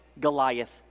Goliath